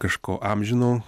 kažko amžino